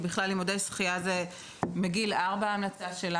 ההמלצה שלנו היא ללימודי שחייה החל מגיל 4,